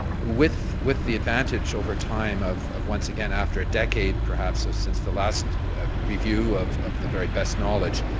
with with the advantage over time of of once again after a decade perhaps since the last review of of the very best knowledge,